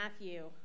Matthew